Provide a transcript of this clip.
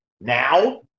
Now